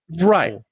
Right